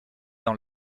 dans